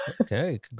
okay